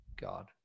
God